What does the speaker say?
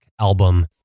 album